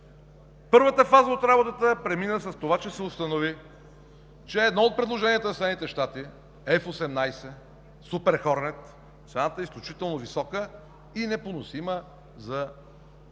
Първата фаза от работата премина с това, че се установи, че по едно от предложенията на Съединените щати – F-18 Super Hornet, цената е изключително висока и непоносима за бюджета